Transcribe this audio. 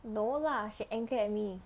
no lah she angry at me